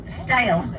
style